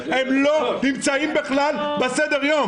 הם בכלל לא נמצאים בסדר היום,